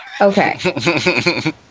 Okay